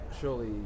surely